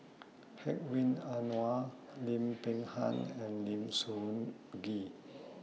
Hedwig Anuar Lim Peng Han and Lim Soo Ngee